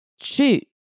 shoot